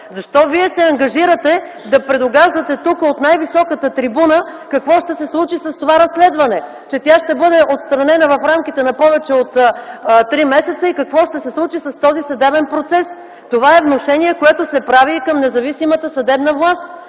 Защо Вие се ангажирате тук да предугаждате от най-високата трибуна какво ще се случи с това разследване – че тя ще бъде отстранена в рамките на повече от три месеца и какво ще се случи с този съдебен процес?! Това е внушение, което се прави към независимата съдебна власт!